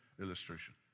illustration